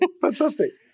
fantastic